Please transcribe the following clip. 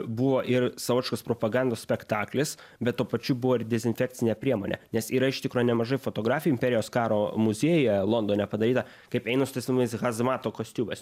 buvo ir savotiškas propagandos spektaklis bet tuo pačiu buvo ir dezinfekcinė priemonė nes yra iš tikro nemažai fotografijų imperijos karo muziejuje londone padaryta kaip eina su tais vadinamais hazimato kostiumas